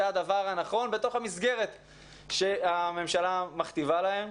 הדבר הנכון בתוך המסגרת שהממשלה מכתיבה להם.